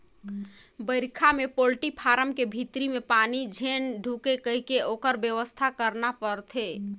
बइरखा में poultry farm के भीतरी में पानी झेन ढुंके कहिके ओखर बेवस्था करना परथे